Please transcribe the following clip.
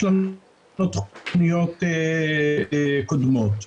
יש לנו תוכניות קודמות.